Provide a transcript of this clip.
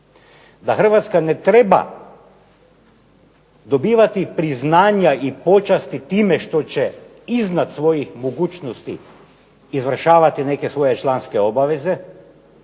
da Hrvatska ne treba dobivati priznanja i počasti time što će iznad svojih mogućnosti izvršavati neke svoje članske obaveze